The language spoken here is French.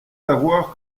savoir